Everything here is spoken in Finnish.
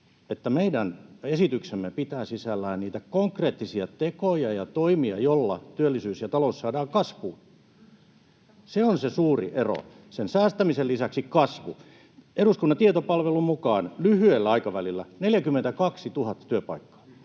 meidän esityksemme pitää sisällään niitä konkreettisia tekoja ja toimia, joilla työllisyys ja talous saadaan kasvuun. Se on se suuri ero, säästämisen lisäksi kasvu. Eduskunnan tietopalvelun mukaan lyhyellä aikavälillä 42 000 työpaikkaa,